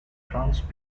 trans